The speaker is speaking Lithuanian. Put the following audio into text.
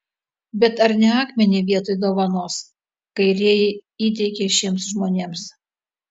bet ar ne akmenį vietoj dovanos kairieji įteikė šiems žmonėms